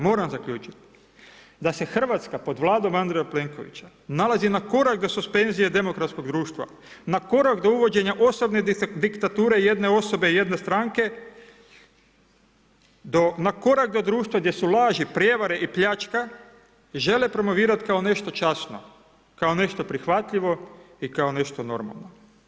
Moram zaključit da se Hrvatska pod vladom Andreja Plenkovića nalazi na korak do suspenzije demokratskog društva, na korak do uvođenja osobne diktature jedne osobe, jedne stranke do na korak do društva gdje su laži, prijevare i pljačka žele promovirat kao nešto časno, kao nešto prihvatljivo i kao nešto normalno.